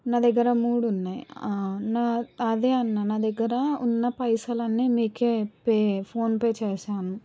నా దగ్గర మూడు ఉన్నాయి నా అదే అన్న నా దగ్గర ఉన్న పైసలన్ని మీకే పే ఫోన్పే చేశాను